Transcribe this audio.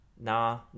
Nah